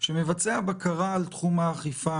שמבצע בקרה על תחום האכיפה?